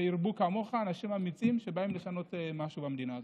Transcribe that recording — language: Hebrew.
ושירבו כמוך אנשים אמיצים שבאים לשנות משהו במדינה הזאת.